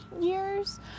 years